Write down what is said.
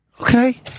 Okay